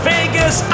Vegas